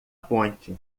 ponte